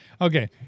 okay